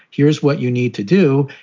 here's what you need to do.